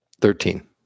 Thirteen